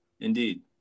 Indeed